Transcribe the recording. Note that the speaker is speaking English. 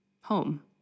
home